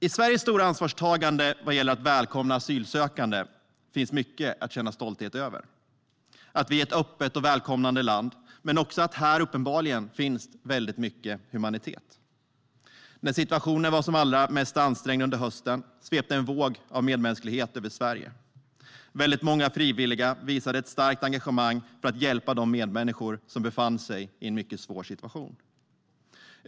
I Sveriges stora ansvarstagande vad gäller att välkomna asylsökande finns mycket att känna stolthet över. Vi är ett öppet och välkomnande land. Här finns också uppenbarligen väldigt mycket humanitet. När situationen var som allra mest ansträngd under hösten svepte en våg av medmänsklighet över Sverige. Väldigt många frivilliga visade ett starkt engagemang för att hjälpa de medmänniskor som befann sig i en mycket svår situation.